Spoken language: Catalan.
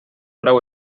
prou